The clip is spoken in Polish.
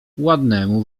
ładnemu